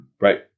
Right